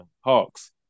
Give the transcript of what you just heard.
Hawks